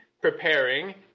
preparing